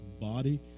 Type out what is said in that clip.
body